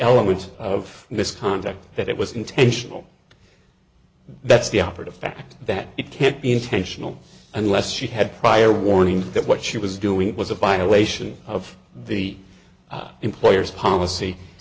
element of misconduct that it was intentional that's the operative fact that it can't be intentional unless she had prior warning that what she was doing was a violation of the employer's policy